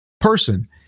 person